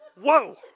whoa